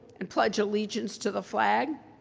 and pledge allegiance to the flag.